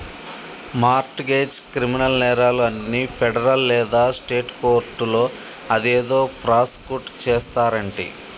mart గెజ్, criminal నేరాలు అన్ని federal లేదా స్టేట్ కోర్టులో అదేదో ప్రాసుకుట్ చేస్తారంటి